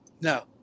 No